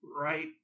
right